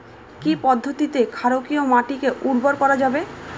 কি পদ্ধতিতে ক্ষারকীয় মাটিকে উর্বর করা যাবে?